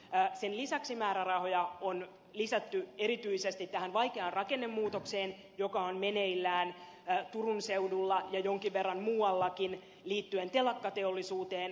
sen lisäksi määrärahoja on lisätty erityisesti tähän vaikeaan rakennemuutokseen joka on meneillään turun seudulla ja jonkin verran muuallakin liittyen telakkateollisuuteen